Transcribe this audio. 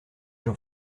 j’en